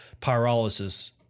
pyrolysis